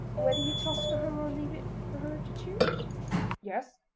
whether ye toss for her or leave it for her to choose yes,